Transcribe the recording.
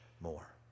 more